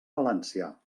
valencià